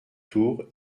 tour